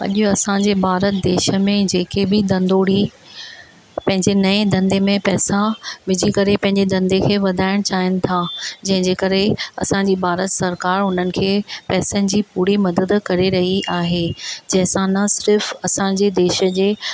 अॼु असां जे भारत देश में जेके बि धंधोड़ी पंहिंजे नएं धंधे में पैसा विझी करे पंहिंजे धंधे खे वधाइण चाहिनि था जंहिं जे करे असां जी भारत सरकार उन्हनि खे पैसनि जी पूरी मदद करे रही आहे जंहिं सां न सिर्फ़ असां जे देश जे